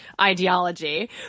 ideology